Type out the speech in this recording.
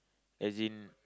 as in